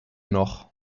noch